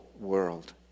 world